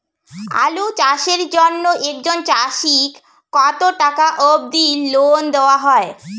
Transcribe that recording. আলু চাষের জন্য একজন চাষীক কতো টাকা অব্দি লোন দেওয়া হয়?